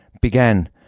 began